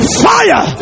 fire